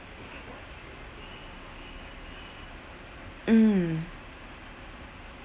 mm